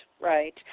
right